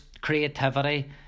creativity